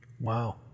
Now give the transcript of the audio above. Wow